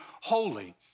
holy